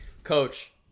Coach